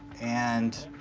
and.